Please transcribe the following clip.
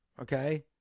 okay